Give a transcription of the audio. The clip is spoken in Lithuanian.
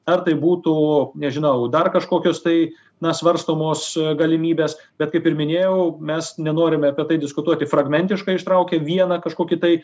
ar tai būtų nežinau dar kažkokios tai na svarstomos galimybės bet kaip ir minėjau mes nenorime apie tai diskutuoti fragmentiškai ištraukę vieną kažkokį tai